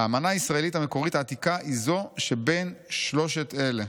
האמנה הישראלית המקורית העתיקה היא זו שבין שלושת אלה".